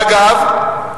אגב,